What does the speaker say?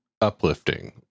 uplifting